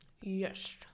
Yes